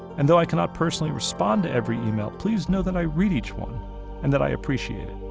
and though i cannot personally respond to every email, please know that i read each one and that i appreciate it.